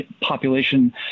population